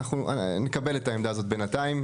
אני מקבל את העמדה הזאת בינתיים,